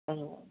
অঁ